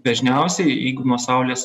dažniausiai jeigu nuo saulės